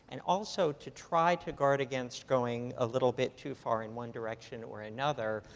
and also to try to guard against going a little bit too far in one direction or another,